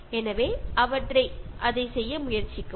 எனவே அதை செய்ய முயற்சிக்கவும்